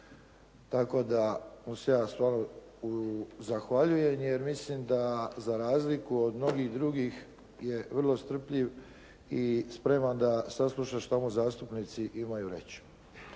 tako da mu se ja zahvaljujem jer mislim da za razliku od mnogih drugih je vrlo strpljiv i spreman da sasluša šta mu zastupnici imaju reći.